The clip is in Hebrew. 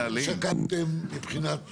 שאלה, שקלתם, מבחינת עתירות,